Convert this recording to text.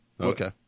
Okay